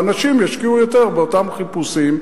ואנשים ישקיעו יותר באותם חיפושים,